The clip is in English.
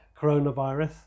coronavirus